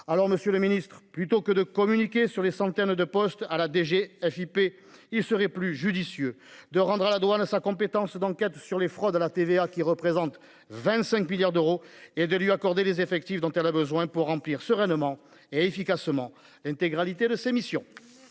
Alors Monsieur le Ministre, plutôt que de communiquer sur les centaines de postes à la DG JP il serait plus judicieux de rendre à la douane sa compétence d'enquête sur les fraudes à la TVA qui représente 25 milliards d'euros et de lui accorder des effectifs dont elle a besoin pour remplir sereinement et efficacement l'intégralité de ses missions.